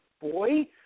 boy